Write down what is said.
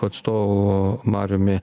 atstovu mariumi